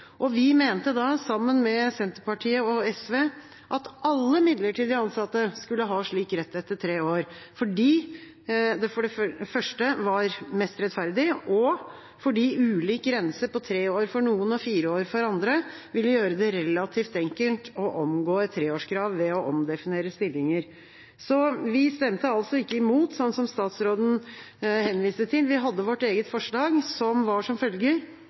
Vi mente da, sammen med Senterpartiet og SV, at alle midlertidig ansatte skulle ha en slik rett etter tre år, for det første fordi det var mest rettferdig, og for det andre fordi en ulik grense – tre år for noen og fire år for andre – ville gjøre det relativt enkelt å omgå et treårskrav ved å omdefinere stillinger. Vi stemte altså ikke imot, slik som statsråden henviste til. Vi hadde vårt eget forslag, og det var som følger: